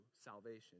salvation